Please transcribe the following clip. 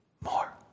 more